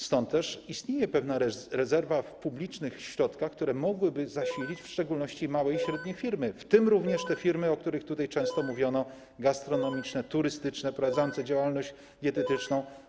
Stąd też istnieje pewna rezerwa w publicznych środkach, która mogłaby zasilić w szczególności małe i średnie firmy, w tym również te firmy, o których tutaj często mówiono: gastronomiczne, turystyczne, prowadzące działalność dietetyczną.